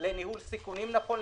לניהול סיכונים נכון,